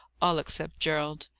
all except gerald.